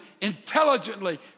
intelligently